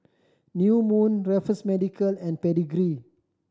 New Moon Raffles Medical and Pedigree